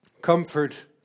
comfort